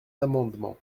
amendement